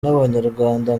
n’abanyarwanda